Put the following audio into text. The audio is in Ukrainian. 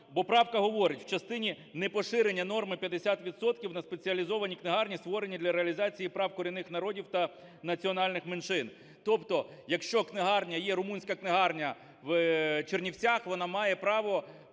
Бо правка говорить: в частині непоширення норми 50 відсотків на спеціалізовані книгарні, створені для реалізації прав корінних народів та національних меншин. Тобто, якщо книгарня, є румунська книгарня в Чернівцях, вона має право